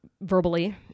verbally